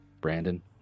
brandon